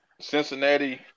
Cincinnati